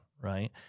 Right